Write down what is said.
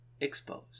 exposed